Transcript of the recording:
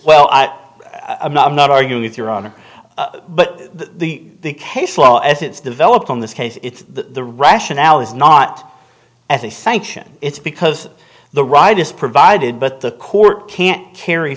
well i i'm not i'm not arguing with your honor but the case law as it's developed in this case it's the rationale is not as a sanction it's because the right is provided but the court can't carry